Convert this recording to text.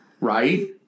right